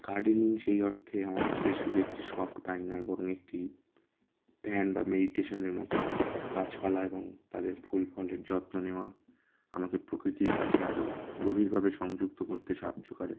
gardening সেই অর্থে আমার কাছে যে শুধু একটি শখ তাই নয় বরং একটি ধ্যান বা মেডিটেশনের মতো গাছপালা এবং তাদের ফুল ফলের যত্ন নেওয়া আমাকে প্রকৃতির কাছে আরো গভীরভাবে সংযুক্ত করতে সাহায্য করে